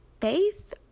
faith